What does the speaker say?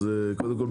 אז קודם כל,